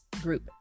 Group